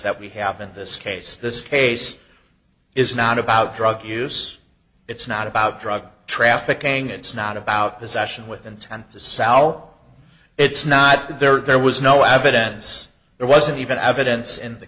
that we have in this case this case is not about drug use it's not about drug trafficking it's not about possession with intent to sell it's not that there was no evidence there wasn't even evidence in the